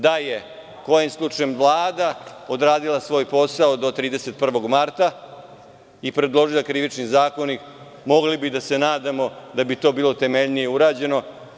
Da je kojim slučajem Vlada odradila svoj posao do 31. marta i predložila Krivični zakonik mogli bi da se nadamo da bi to bilo temeljnije urađeno.